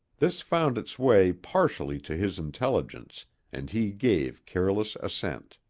this found its way partially to his intelligence and he gave careless assent.